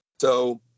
So-